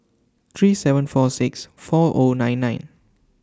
three seven four six four O nine nine